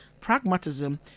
pragmatism